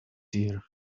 year